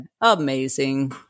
amazing